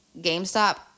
GameStop